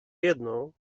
jedno